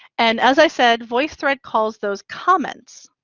and as i said, voicethread calls those comments.